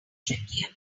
trickier